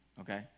Okay